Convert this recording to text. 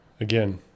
again